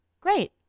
Great